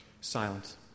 silence